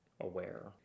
aware